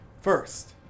First